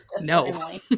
no